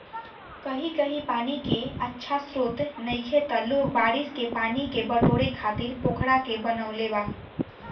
कही कही पानी के अच्छा स्त्रोत नइखे त लोग बारिश के पानी के बटोरे खातिर पोखरा के बनवले बा